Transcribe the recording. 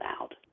out